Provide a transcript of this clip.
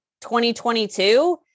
2022